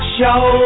show